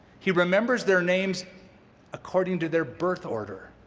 he remembers their names according to their birth order,